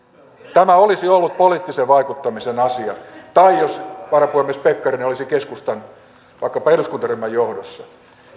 tämä olisi ollut poliittisen vaikuttamisen asia tai jos varapuhemies pekkarinen olisi vaikkapa keskustan eduskuntaryhmän johdossa